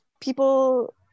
people